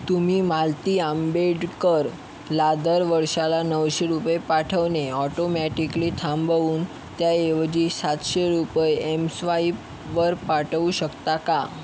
तुम्ही मालती आंबेडकरला दर वर्षाला नऊशे रुपये पाठवणे ऑटोमॅटिक्ली थांबवून त्याऐवजी सातशे रुपये एमस्वाईपवर पाठवू शकता का